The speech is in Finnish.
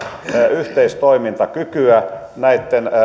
yhteistoimintakykyä näitten